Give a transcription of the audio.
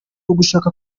ugushaka